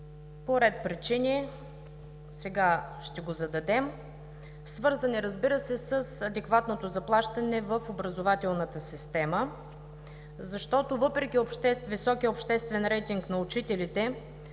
По ред причини сега ще го зададем. Свързан е, разбира се, с адекватното заплащане в образователната система, защото въпреки високия обществен рейтинг на учителите,